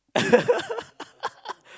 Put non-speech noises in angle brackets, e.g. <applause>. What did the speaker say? <laughs>